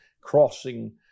crossing